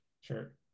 Sure